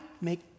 make